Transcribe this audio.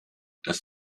das